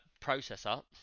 processor